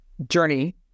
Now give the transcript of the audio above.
Journey